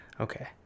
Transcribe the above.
Okay